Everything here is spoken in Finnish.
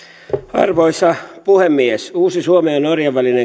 arvoisa puhemies uusi suomen ja norjan välinen